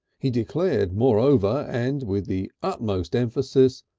he declared, moreover, and with the utmost emphasis,